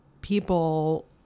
people